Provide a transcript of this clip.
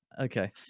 Okay